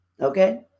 okay